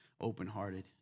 open-hearted